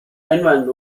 einwand